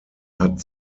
hat